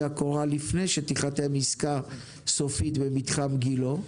הקורה לפני שתיחתם עסקה סופית במתחם גילה,